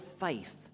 faith